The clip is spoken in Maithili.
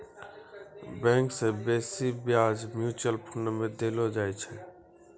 बैंक से बेसी ब्याज म्यूचुअल फंड मे देलो जाय छै